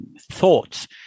thoughts